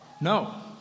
No